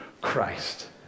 Christ